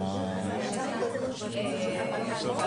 האחרון מ-2011 באמת כבר נגמר וזה רק